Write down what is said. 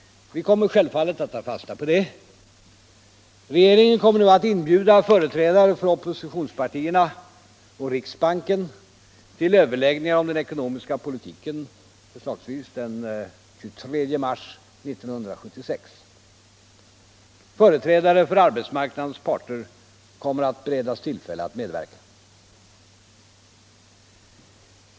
Vi kommer självfallet att ta fasta på detta. Regeringen kommer att inbjuda företrädare för oppositionspartierna och riksbanken till överläggningar om den ekonomiska politiken, förslagvis den 23 mars 1976. Företrädare för arbetsmarknadens parter kommer att beredas tillfälle att medverka.